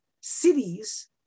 cities